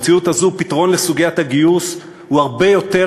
במציאות הזאת פתרון לסוגיית הגיוס הוא הרבה יותר